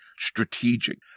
strategic